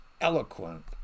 eloquent